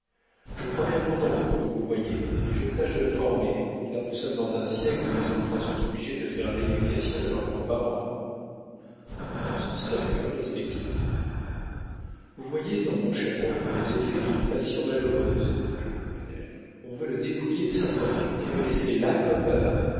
je promène mon oncle comme vous voyez et je tâche de le former car nous sommes dans un siècle où les enfants sont obligés de faire l'éducation de leurs grands-parents on se salua respectivement vous voyez dans mon cher oncle les effets d'une passion malheureuse reprit le colonel on veut le dépouiller de sa fortune et le laisser là comme baba